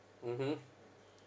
mmhmm